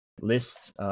lists